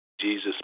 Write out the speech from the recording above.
Jesus